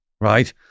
right